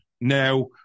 Now